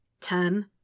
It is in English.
Ten